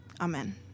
Amen